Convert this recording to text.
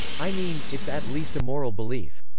i mean, it's at least a moral belief.